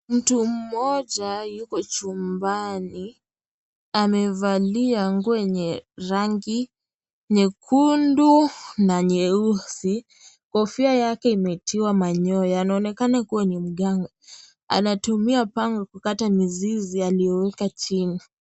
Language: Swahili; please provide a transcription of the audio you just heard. Mtu mmoja yuko chumbani, amevalia nguo yenye rangi nyekundu na nyeusi. Kofia yake imetiwa manyoya. Anaonekana kuwa ni mganga. Anatumia pango kukata mizizi aliyoweka chini.